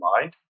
mind